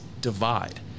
divide